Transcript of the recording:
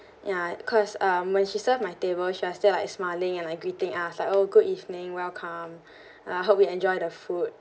ya because um when she served my table she was still like smiling and like greeting us like oh good evening welcome I hope you enjoy the food